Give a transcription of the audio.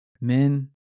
Men